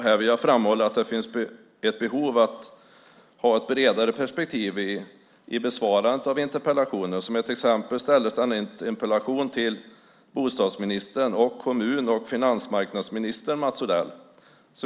Här vill jag framhålla att det finns ett behov att ha ett bredare perspektiv vid besvarandet av interpellationer. Till exempel ställdes interpellationen till kommun-, bostads och finansmarknadsminister Mats Odell.